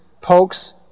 pokes